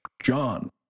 John